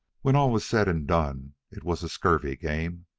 when all was said and done, it was a scurvy game.